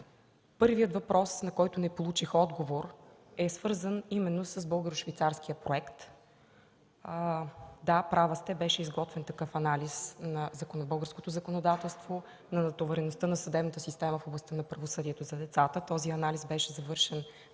Първият въпрос, на който не получих отговор, е свързан именно с българо-швейцарския проект. Да, права сте, беше изготвен такъв анализ на българското законодателство, на натовареността на съдебната система в областта на правосъдието за децата. Този анализ беше завършен